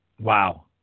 Wow